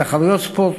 תחרויות ספורט,